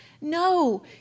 No